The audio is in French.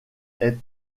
est